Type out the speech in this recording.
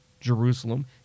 Jerusalem